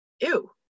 Ew